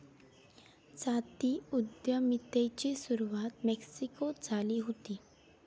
जाती उद्यमितेची सुरवात मेक्सिकोत झाली हुती